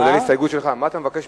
כולל ההסתייגות שלך?